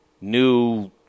New